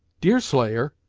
deerslayer!